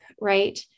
right